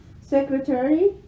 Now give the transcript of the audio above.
secretary